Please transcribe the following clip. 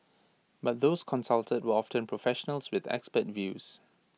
but those consulted were often professionals with expert views